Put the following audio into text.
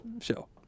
show